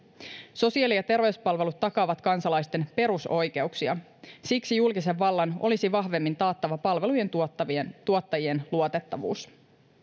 sosiaali ja terveyspalvelut takaavat kansalaisten perusoikeuksia siksi julkisen vallan olisi vahvemmin taattava palvelujen tuottajien tuottajien luotettavuus